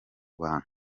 bantu